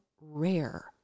rare